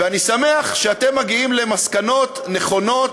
ואני שמח שאתם מגיעים למסקנות נכונות